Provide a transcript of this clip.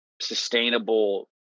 sustainable